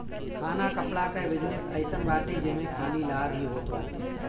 खाना कपड़ा कअ बिजनेस अइसन बाटे जेमे खाली लाभ ही होत बाटे